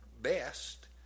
best